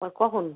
আর কখন